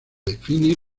define